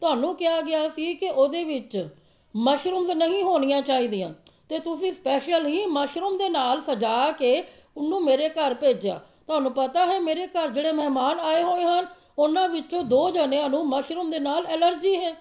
ਤੁਹਾਨੂੰ ਕਿਹਾ ਗਿਆ ਸੀ ਕਿ ਉਹਦੇ ਵਿੱਚ ਮਸ਼ਰੂਮਸ ਨਹੀਂ ਹੋਣੀਆਂ ਚਾਹੀਦੀਆਂ ਅਤੇ ਤੁਸੀਂ ਸਪੈਸ਼ਲ ਹੀ ਮਾਸ਼ਰੂਮ ਦੇ ਨਾਲ਼ ਸਜਾ ਕੇ ਉਹਨੂੰ ਮੇਰੇ ਘਰ ਭੇਜਿਆ ਤੁਹਾਨੂੰ ਪਤਾ ਹੈ ਮੇਰੇ ਘਰ ਜਿਹੜੇ ਮਹਿਮਾਨ ਆਏ ਹੋਏ ਹਨ ਉਹਨਾਂ ਵਿੱਚੋਂ ਦੋ ਜਣਿਆਂ ਨੂੰ ਮਸ਼ਰੂਮ ਦੇ ਨਾਲ਼ ਐਲਰਜੀ ਹੈ